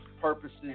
purposes